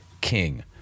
king